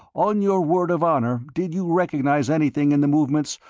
on your word of honour did you recognize anything in the movements,